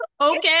Okay